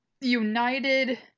united